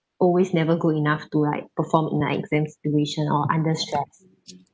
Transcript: always never good enough to like perform in a exam situation or under strong